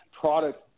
product